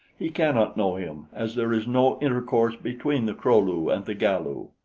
he cannot know him, as there is no intercourse between the kro-lu and the galu.